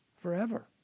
Forever